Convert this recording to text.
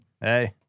Hey